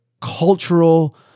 cultural